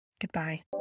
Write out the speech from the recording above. goodbye